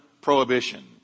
prohibition